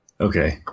Okay